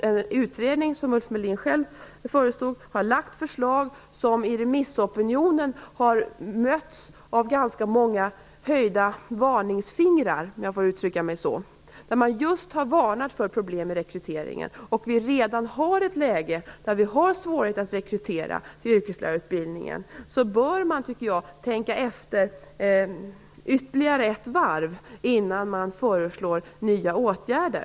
Den utredning som Ulf Melin själv förestod har lagt fram förslag som i remissopinionen har mötts av ganska många höjda varningens fingrar, om jag får uttrycka mig så, där man just har varnat för problem med rekryteringen, och vi har redan ett läge där vi har svårigheter att rekrytera till yrkesutbildningen. Man bör då tänka efter ytterligare ett varv innan man föreslår nya åtgärder.